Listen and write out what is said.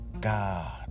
God